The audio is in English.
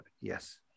Yes